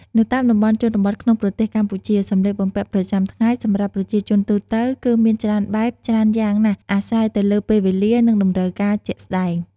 នៅតាមតំបន់ជនបទក្នុងប្រទេសកម្ពុជា សម្លៀកបំពាក់ប្រចាំថ្ងៃសម្រាប់ប្រជាជនទូទៅគឺមានច្រើនបែបច្រើនយ៉ាងណាស់អាស្រ័យទៅលើពេលវេលានិងតម្រូវការជាក់ស្ដែង។